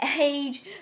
age